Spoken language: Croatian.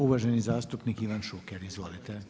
Uvaženi zastupnik Ivan Šuker, izvolite.